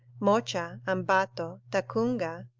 mocha, ambato, tacunga,